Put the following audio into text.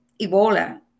Ebola